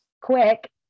quick